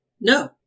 No